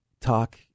talk